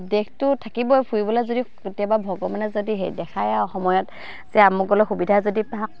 দেশটো থাকিবই ফুৰিবলৈ যদি কেতিয়াবা ভগৱানে যদি সেই দেখাই সময়ত যে আমোকলৈ সুবিধা যদি